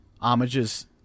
homages